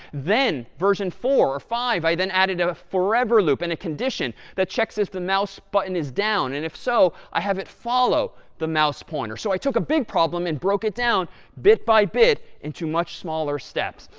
then version four or five, i then added a forever loop and a condition that checks if the mouse button is down, and if so, i have it follow the mouse pointer. so i took a big problem and broke it down bit by bit into much smaller steps.